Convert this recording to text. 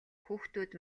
хүүхдүүд